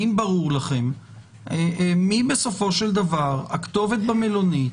האם ברור לכם מי בסופו של דבר הכתובת במלונית?